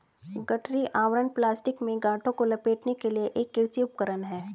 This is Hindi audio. गठरी आवरण प्लास्टिक में गांठों को लपेटने के लिए एक कृषि उपकरण है